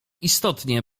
istotnie